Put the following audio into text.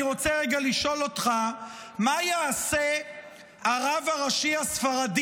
אני רוצה רגע לשאול אותך: מה יעשה הרב הראשי הספרדי